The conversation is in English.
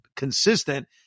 consistent